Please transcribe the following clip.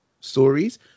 stories